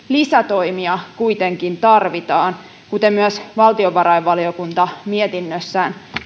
lisätoimia kuitenkin tarvitaan kuten myös valtiovarainvaliokunta mietinnössään